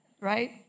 Right